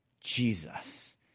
Jesus